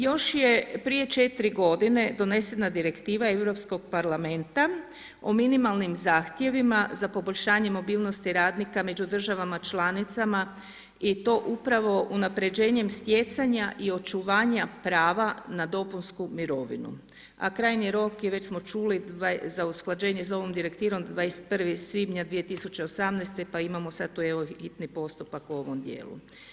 Još je prije 4 godine donesena direktiva Europskog parlamenta o minimalnim zahtjevima za poboljšanje mobilnosti radnika među državama članica i to upravo unapređenjem stjecanja i očuvanja prava na dopunsku mirovinu, a krajnji rok je, već smo čuli za usklađenje s ovom direktivom 21. svibnja 2018. godine, pa imamo sad tu evo, hitni postupak u ovom dijelu.